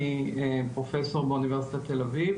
אני פרופסור באוניברסיטת תל-אביב,